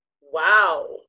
Wow